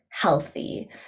healthy